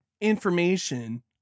information